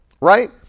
Right